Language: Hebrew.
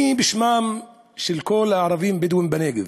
אני, בשמם של כל הערבים-בדואים בנגב,